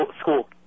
school